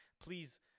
Please